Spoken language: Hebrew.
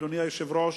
אדוני היושב-ראש,